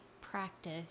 practice